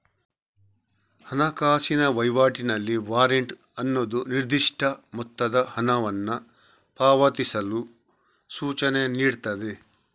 ಹಣಕಾಸಿನ ವೈವಾಟಿನಲ್ಲಿ ವಾರೆಂಟ್ ಅನ್ನುದು ನಿರ್ದಿಷ್ಟ ಮೊತ್ತದ ಹಣವನ್ನ ಪಾವತಿಸಲು ಸೂಚನೆ ನೀಡ್ತದೆ